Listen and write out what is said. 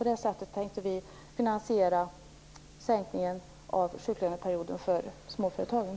Vi vill på det sättet finansiera sänkningen av sjuklöneperioden för småföretagen.